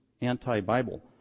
anti-Bible